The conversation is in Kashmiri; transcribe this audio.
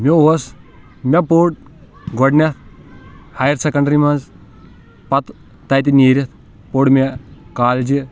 مے اوس مے پوٚر گۄڈنٮ۪تھ ہایَر سٮ۪کَنٛڈری منٛز پتہٕ تَتہِ نیٖرِتھ پوٚر مے کالجہِ